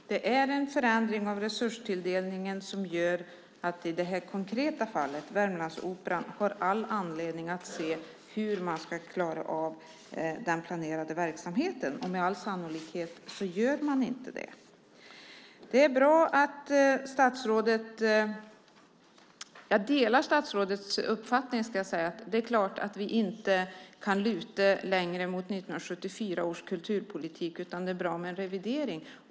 Fru talman! Det är en förändring av resurstilldelningen som gör att man i det här konkreta fallet med Värmlandsoperan har all anledning att se över hur man ska klara av den planerade verksamheten. Med all sannolikhet gör man inte det. Jag delar statsrådets uppfattning. Det är klart att vi inte kan luta oss mot 1974 års kulturpolitik, utan det är bra med en revidering.